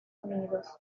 unidos